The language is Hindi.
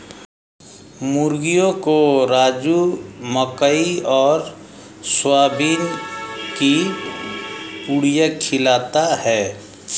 मुर्गियों को राजू मकई और सोयाबीन की पुड़िया खिलाता है